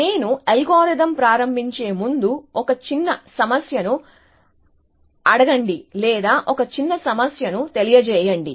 నేను అల్గోరిథం ప్రారంభించే ముందు ఒక చిన్న సమస్యను అడగండి లేదా ఒక చిన్న సమస్యను తెలియజేయండి